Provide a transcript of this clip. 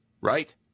Right